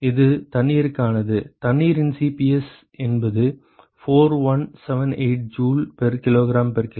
அது தண்ணீருக்கானது தண்ணீரின் Cps என்பது 4178 joule per k g Kelvin